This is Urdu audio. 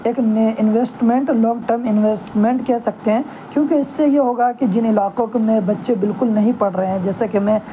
ایک نئے انویسٹمنٹ لانگ ٹرم انویسٹمنٹ کہہ سکتے ہیں کیونکہ اس سے یہ ہوگا کہ جن علاقوں میں بچے بالکل نہیں پڑھ رہے ہیں جیسے کہ میں